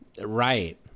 right